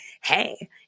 hey